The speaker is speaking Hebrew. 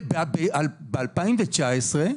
ב-2019,